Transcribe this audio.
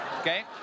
okay